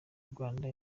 urwanda